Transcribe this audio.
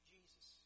Jesus